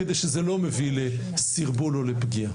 כדי שזה לא יביא לסרבול או לפגיעה.